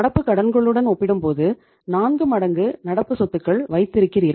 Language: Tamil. நடப்பு கடன்களுடன் ஒப்பிடும்போது 4 மடங்கு நடப்பு சொத்துகள் வைத்திருக்கிறீர்கள்